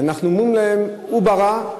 אז אנחנו אומרים להם: הוא ברא,